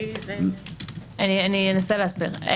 אני אנסה להסביר.